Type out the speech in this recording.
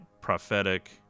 prophetic